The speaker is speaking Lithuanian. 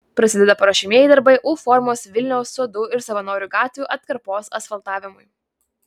prasideda paruošiamieji darbai u formos vilniaus sodų ir savanorių gatvių atkarpos asfaltavimui